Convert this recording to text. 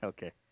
Okay